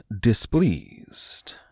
displeased